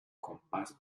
compás